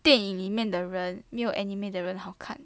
电影里面的人没有 anime 的好看